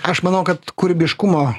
aš manau kad kūrybiškumo